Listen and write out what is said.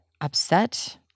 upset